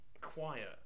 quiet